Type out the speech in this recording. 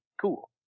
Cool